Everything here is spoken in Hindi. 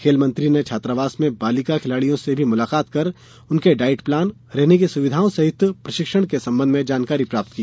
खेल मंत्री ने छात्रावास में बालिका खिलाड़ियों से भी मुलाकात कर उनके डाईट प्लान रहने की सुविधाओं सहित प्रशिक्षण के संबंध में जानकारी प्राप्त की